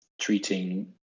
treating